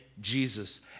Jesus